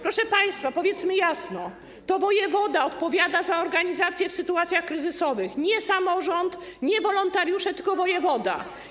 Proszę państwa, powiedzmy jasno, to wojewoda odpowiada za organizację w sytuacjach kryzysowych, nie samorząd, nie wolontariusze, tylko wojewoda.